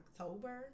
October